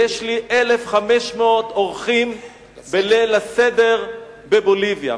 יש לי 1,500 אורחים בליל הסדר בבוליביה.